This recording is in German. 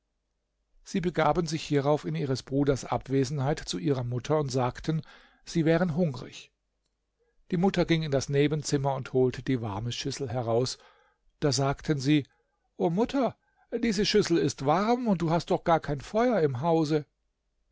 sie begaben sich hierauf in ihres bruders abwesenheit zu ihrer mutter und sagten sie wären hungrig die mutter ging in das nebenzimmer und holte die warme schüssel heraus da sagten sie o mutter diese schüssel ist warm und du hast doch gar kein feuer im hause